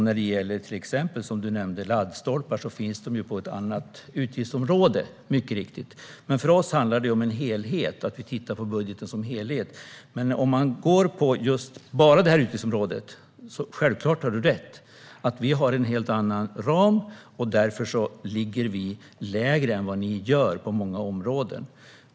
När det däremot exempelvis gäller laddstolpar finns dessa under ett annat utgiftsområde. För oss handlar det om att se budgeten som en helhet. Om man bara utgår från detta utgiftsområde har Jens Holm självklart rätt. Vi har en helt annan ram och ligger därför lägre än ni på många områden.